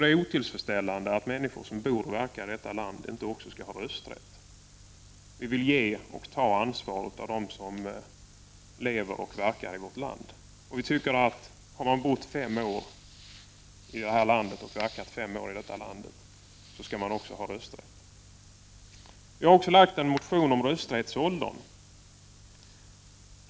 Det är otillfredsställande att människor som bor och verkar i detta land inte också har rösträtt. Vi vill ge ansvar till och också kräva ansvar från dem som lever och verkar i vårt land. Har man bott och verkat fem år i det här landet skall man också ha rösträtt. Vi har också väckt en motion om rösträttsåldern.